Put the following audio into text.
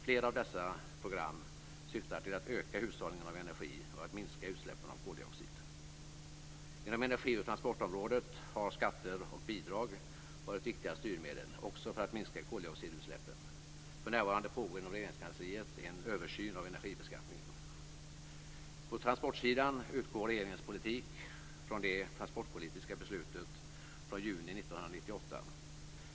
Flera av dessa program syftar till att öka hushållningen av energi och att minska utsläppen av koldioxid. Genom energi och transportområdet har också skatter och bidrag varit viktiga styrmedel för att minska koldioxidutsläppen. För närvarande pågår inom Regeringskansliet en översyn av energibeskattningen. På transportsidan utgår regeringens politik från det transportpolitiska beslutet från juni 1998.